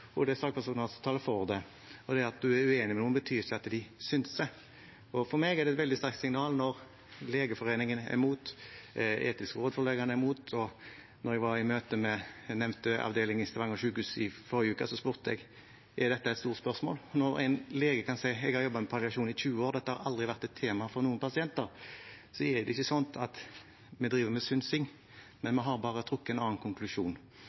og det er fagpersoner som taler for det. Det at en er uenig med noen, betyr ikke at en synser. For meg er det et veldig sterkt signal når Legeforeningen er imot og Rådet for legeetikk er imot. Da jeg var i møte med den nevnte avdelingen ved Stavanger sykehus i forrige uke, spurte jeg om dette var et stort spørsmål. Når en lege kan si at vedkommende har jobbet med palliasjon i 20 år, og at dette aldri har vært et tema for noen pasienter, er det ikke slik at vi driver med synsing, vi har bare trukket en annen konklusjon.